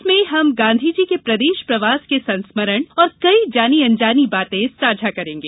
जिसमें हम गांधीजी के प्रदेश प्रवास के संस्मरण और कई जानी अनजानी बातें साझा करेंगे